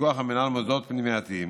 בפיקוח המינהל מוסדות פנימייתיים